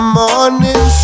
morning